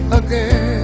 again